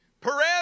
Perez